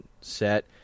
set